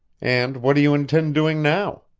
and what do you intend doing now?